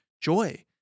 joy